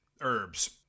herbs